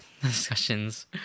discussions